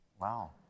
Wow